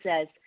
says